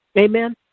Amen